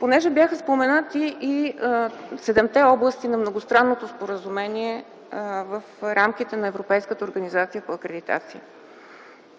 Понеже бяха споменати седемте области на многостранното споразумение в рамките на Европейската организация за акредитация –